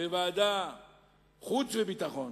בוועדת חוץ וביטחון,